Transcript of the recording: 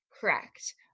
Correct